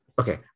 Okay